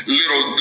little